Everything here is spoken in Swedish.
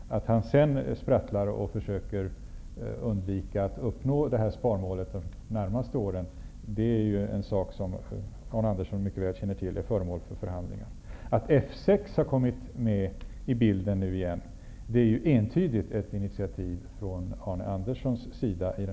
Att försvarsministern sedan sprattlar och försöker undvika att uppnå sparmålet under de närmaste åren är ju, som Arne Andersson mycket väl känner till, föremål för förhandlingar. Att F 6 återigen har kommit in i bilden i dessa förhandlingar är ju entydigt ett initiativ från Arne